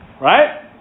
Right